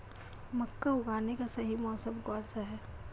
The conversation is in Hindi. मक्का उगाने का सही मौसम कौनसा है?